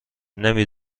نمی